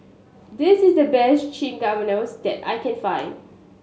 this is the best Chimichangas that I can find